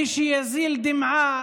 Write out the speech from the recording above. מי שיזיל דמעה